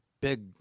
big